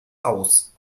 aus